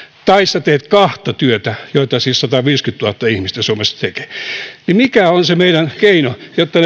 tai sinä teet kahta työtä mitä siis sataviisikymmentätuhatta ihmistä suomessa tekee mikä on se meidän keinomme jotta